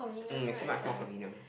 hmm it's much more convenient